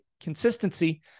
consistency